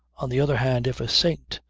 on the other hand, if a saint,